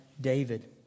David